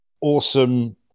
awesome